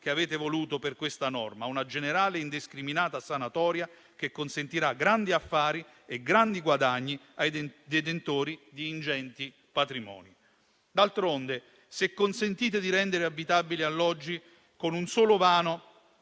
che avete voluto per questa norma: una generale e indiscriminata sanatoria, che consentirà grandi affari e grandi guadagni ai detentori di ingenti patrimoni. D'altronde, se consentite di rendere abitabili alloggi con un solo vano